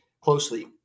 Closely